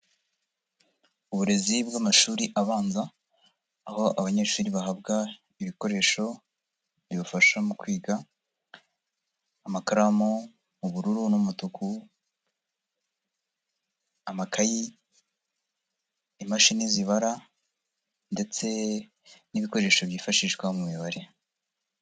Uburezi bw'amashuri abanza, aho abanyeshuri bahabwa ibikoresho bibafasha mu kwiga, amakaramu ubururu n'umutuku, amakayi, imashini zibara, ndetse n'ibikoresho byifashishwa mu mibare.